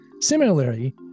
Similarly